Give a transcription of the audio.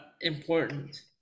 important